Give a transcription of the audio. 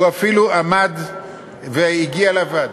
הוא אפילו הגיע לוועדה.